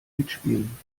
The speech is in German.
mitspielen